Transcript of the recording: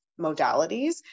modalities